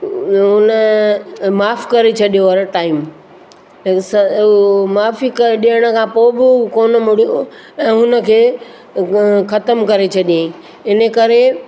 हुन माफ़ु करे छॾियो हर टाइम उहे माफ़ी ॾियण खां पोइ बि कोन मुड़ियो ऐं हुनखे ख़तमु करे छॾियई हिन करे